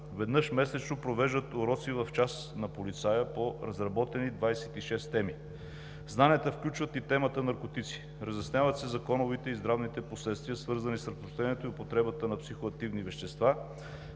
Веднъж месечно провеждат уроци в Час на полицая по разработени 26 теми. Знанията включват и темата „Наркотици“. Разясняват се законовите и здравните последствия, свързани с разпространението и употребата на психоактивни вещества.